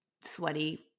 sweaty